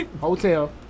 hotel